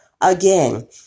Again